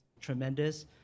tremendous